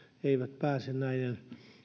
eivät pääse näiden